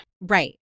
Right